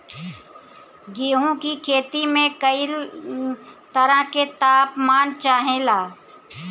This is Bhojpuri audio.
गेहू की खेती में कयी तरह के ताप मान चाहे ला